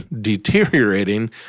deteriorating